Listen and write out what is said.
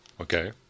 Okay